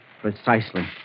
Precisely